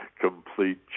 complete